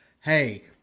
Hey